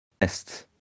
Est